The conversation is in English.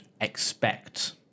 expect